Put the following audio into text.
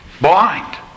Blind